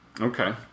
Okay